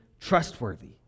trustworthy